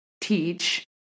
teach